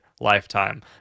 Lifetime